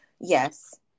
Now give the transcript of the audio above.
Yes